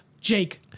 Jake